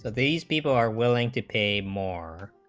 these people are willing to pay more